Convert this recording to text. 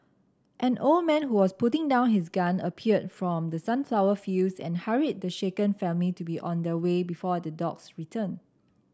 an old man who was putting down his gun appeared from the sunflower fields and hurried the shaken family to be on their way before the dogs return